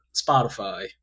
Spotify